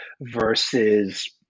versus